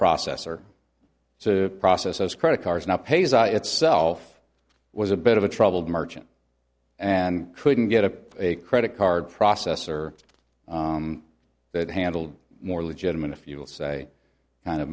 processor to process those credit cards now pays itself was a bit of a troubled merchant and couldn't get a credit card processor that handled more legitimate if you will say kind of